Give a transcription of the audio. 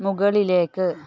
മുകളിലേക്ക്